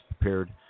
prepared